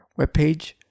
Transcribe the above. webpage